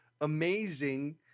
amazing